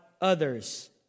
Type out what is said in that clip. others